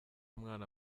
mwana